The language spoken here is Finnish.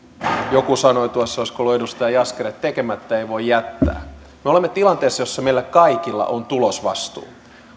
joku sanoi tuossa olisiko ollut edustaja jaskari että tekemättä ei voi jättää me olemme tilanteessa jossa meillä kaikilla on tulosvastuu